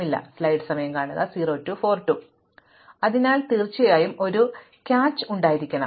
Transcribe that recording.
അതിനാൽ തീർച്ചയായും ഒരു ക്യാച്ച് ഉണ്ടായിരിക്കണം മീൻപിടിത്തം ഞങ്ങൾ എങ്ങനെ മീഡിയൻ കണ്ടെത്തും